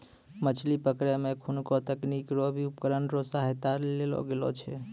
मछली पकड़ै मे एखुनको तकनीकी रो भी उपकरण रो सहायता लेलो गेलो छै